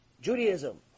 Judaism